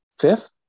Fifth